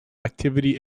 activity